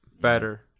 better